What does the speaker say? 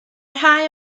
rhai